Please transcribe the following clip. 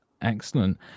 excellent